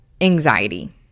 Anxiety